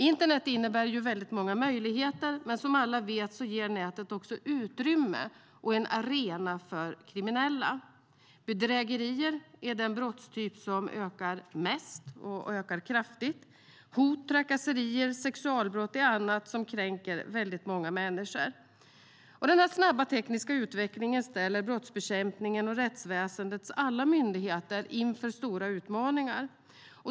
Internet innebär ju väldigt många möjligheter, men som alla vet ger nätet också utrymme och är en arena för kriminella. Bedrägerier är den brottstyp som ökar mest och ökar kraftigt. Hot, trakasserier och sexualbrott är annat som kränker många människor. Den snabba tekniska utvecklingen ställer brottsbekämpningens och rättsväsendets alla myndigheter inför stora utmaningar.